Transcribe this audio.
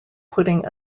putting